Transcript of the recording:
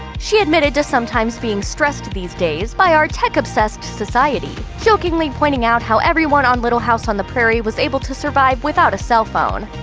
she admitted to sometimes being stressed these days, by our tech-obsessed society, jokingly pointing out how everyone on little house on the prairie was able to survive without a cellphone.